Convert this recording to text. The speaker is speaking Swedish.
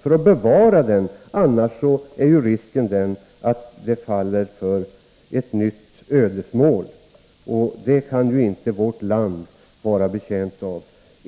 för att bevara den; annars är risken stor för att den faller för ett nytt ödesmål. Och det kan ju inte vårt land vara betjänt av.